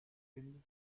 findet